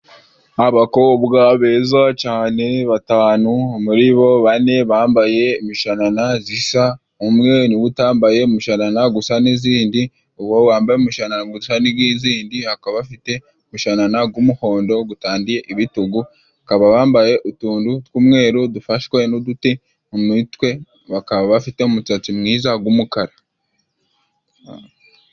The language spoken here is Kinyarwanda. Abakobwa beza cane batanu, muri bo bane bambaye imishanana zisa, umwe niwe utambaye umusharana gusa n'izindi, uwo wambaye umushanana gusa n'izindi, akaba afite umushanana g'umuhondo gutandiye ibitugu, bakaba bambaye utuntu tw'umweru dufashwe n'uduti mu mitwe, bakaba bafite umusatsi mwiza g'umukara.